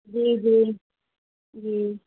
جی جی جی